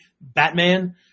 Batman